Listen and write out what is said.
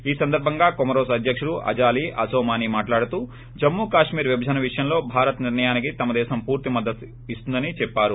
ఈ సందర్భంగా కొమరోస్ అధ్యకుడు అజాలీ అనోమాని మాట్లాడుతూ జమ్ము కాశ్మీర్ విభజన విషయంలో భారత్ నిర్ణయానికి తమ దేశం పూర్త మద్దతు ఇస్తుందని చెప్పారు